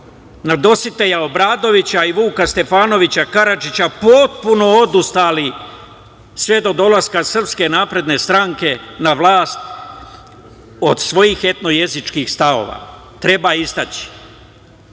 na Dositeja Obradovića i Vuka Stefanovića Karadžića potpuno odustali sve do dolaska SNS na vlast od svojih etno-jezičkih stavova. Treba istaći